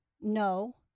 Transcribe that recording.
no